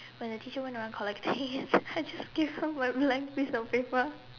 when the teacher went around collecting I just give him a blank piece of paper